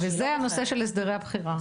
וזה הנושא של הסדרי הבחירה.